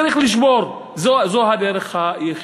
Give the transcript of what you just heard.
צריך לשבור, זו הדרך היחידה.